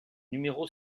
numéro